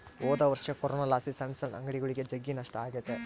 ಹೊದೊರ್ಷ ಕೊರೋನಲಾಸಿ ಸಣ್ ಸಣ್ ಅಂಗಡಿಗುಳಿಗೆ ಜಗ್ಗಿ ನಷ್ಟ ಆಗೆತೆ